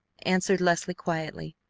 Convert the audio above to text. answered leslie quietly.